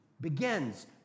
begins